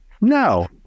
No